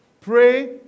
Pray